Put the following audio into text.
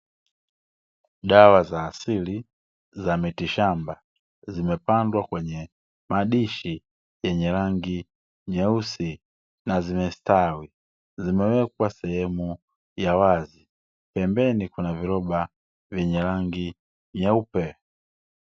Dawa za asili za miti shamba zimepandwa kwenye madishi yenye rangi nyeusi, na zimestawi zimewekwa sehemu ya wazi pembeni kuna viroba vya rangi nyeupe.